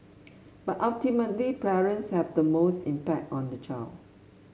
but ultimately parents have the most impact on the child